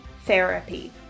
therapy